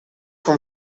from